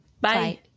Bye